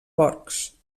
porcs